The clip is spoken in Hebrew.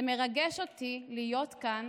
זה מרגש אותי להיות כאן